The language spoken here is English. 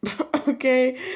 okay